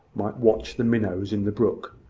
might watch the minnows in the brook,